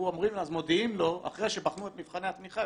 אז אחרי שבחנו את מבחני התמיכה,